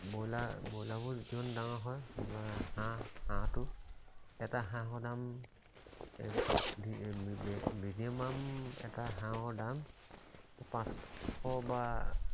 broiler ব্ৰইলাৰবোৰ যিমান ডাঙৰ হয় আমাৰ হাঁহ হাঁহটো এটা হাঁহৰ দাম মিনিমান এটা হাঁহৰ দাম পাঁচশ বা